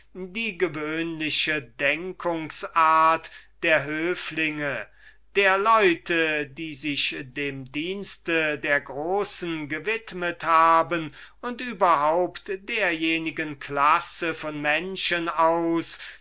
die gewöhnliche denkungsart der hofleute der leute die sich dem dienste der großen gewidmet haben und überhaupt derjenigen klasse von menschen aus